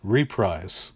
Reprise